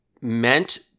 meant